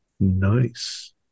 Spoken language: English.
Nice